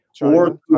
or-